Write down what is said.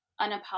unapologetic